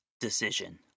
decision